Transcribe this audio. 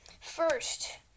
first